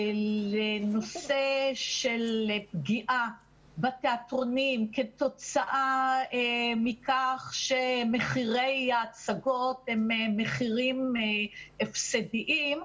לנושא של פגיעה בתיאטרונים כתוצאה מכך שמחירי ההצגות הם מחירים הפסדיים,